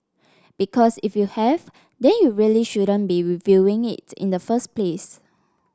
because if you have then you really shouldn't be reviewing it in the first place